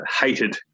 hated